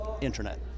internet